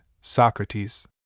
Socrates